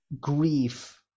grief